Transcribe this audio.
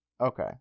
Okay